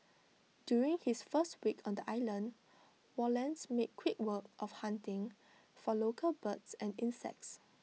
during his first week on the island Wallace made quick work of hunting for local birds and insects